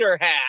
hat